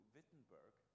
Wittenberg